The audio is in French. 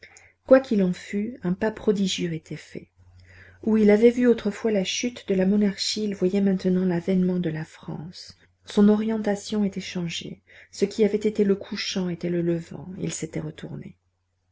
qu'il en fût un pas prodigieux était fait où il avait vu autrefois la chute de la monarchie il voyait maintenant l'avènement de la france son orientation était changée ce qui avait été le couchant était le levant il s'était retourné